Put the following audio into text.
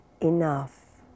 enough